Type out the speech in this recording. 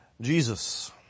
Jesus